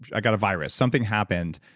i got a virus, something happened,